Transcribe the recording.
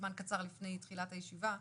וזמן קצר לפני תחילת הישיבה,